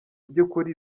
by’ukuri